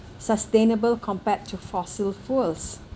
sustainable compared to fossil fuels